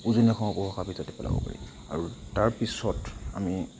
উজনি অসমৰ উপভাষাৰ ভিতৰতে পেলাব পাৰি আৰু তাৰ পিছত আমি